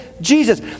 Jesus